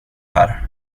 här